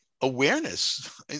awareness